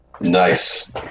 Nice